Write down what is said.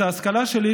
את ההשכלה שלי,